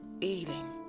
eating